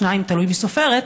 52% תלוי מי סופרת,